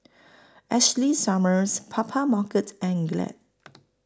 Ashley Summers Papermarket and Glade